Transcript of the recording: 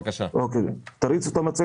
לפי החלטת